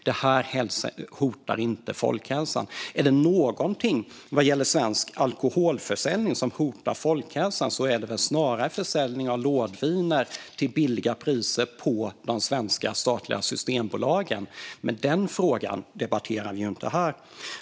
Det här hotar inte folkhälsan. Är det någonting vad gäller svensk alkoholförsäljning som hotar folkhälsan är det väl snarare försäljning av lådviner till låga priser på det svenska statliga Systembolaget, men den frågan debatterar vi ju inte här.